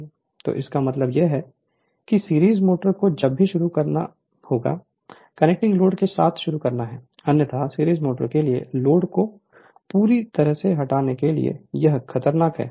तो इसका मतलब है कि सीरीज मोटर्स जब भी शुरू करना कनेक्टिंग लोड के साथ शुरू करना है अन्यथा सीरीज मोटर के लिए लोड को पूरी तरह से हटाने के लिए यह खतरनाक है